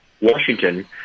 Washington